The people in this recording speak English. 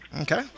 Okay